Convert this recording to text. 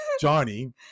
Johnny